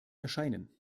erscheinen